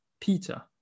Peter